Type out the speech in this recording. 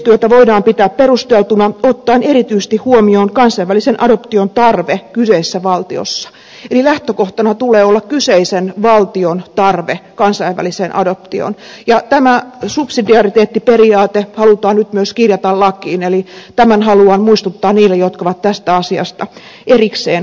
yhteistyötä voidaan pitää perusteltuna ottaen erityisesti huomioon kansainvälisen adoption tarve kyseisessä valtiossa eli lähtökohtana tulee olla kyseisen valtion tarve kansainväliseen adoptioon ja tämä subsidiariteettiperiaate halutaan nyt myös kirjata lakiin eli tämän haluan muistuttaa niille jotka ovat tästä asiasta erikseen puhuneet